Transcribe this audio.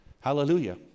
hallelujah